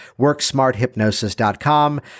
worksmarthypnosis.com